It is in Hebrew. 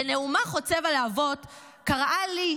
בנאומה חוצב הלהבות קראה לי: